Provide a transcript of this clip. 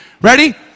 Ready